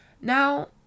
now